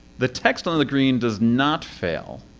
the text on the green does not fail.